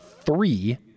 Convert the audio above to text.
three